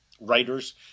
writers